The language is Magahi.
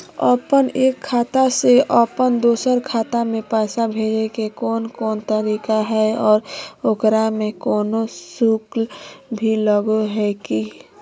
अपन एक खाता से अपन दोसर खाता में पैसा भेजे के कौन कौन तरीका है और ओकरा में कोनो शुक्ल भी लगो है की?